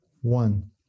one